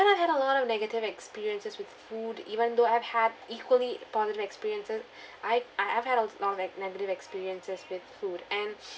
kind of had a lot of negative experiences with food even though I've had equally positive experiences I uh I've had a lot of like negative experiences with food and